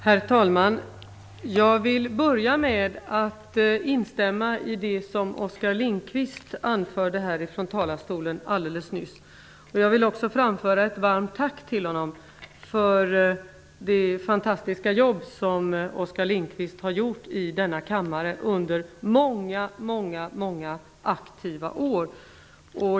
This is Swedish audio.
Herr talman! Jag vill börja med att instämma i det som Oskar Lindkvist anförde härifrån talarstolen alldeles nyss. Jag vill också framföra ett varmt tack till honom för det fantastiska arbete som han har gjort i denna kammare under många aktiva år.